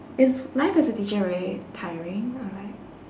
is life as a teacher very tiring or like